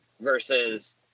versus